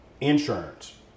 Insurance